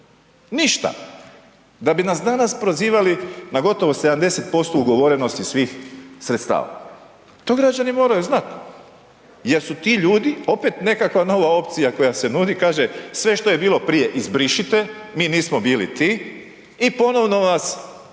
ništa da bi nas danas prozivali na gotovo 70% ugovorenosti svih sredstava. To građani moraju znati jel su ti ljudi opet nekakva nova opcija koja se nudi, kaže sve što je bilo prije izbrišite, mi nismo bili ti i ponovno nas birajte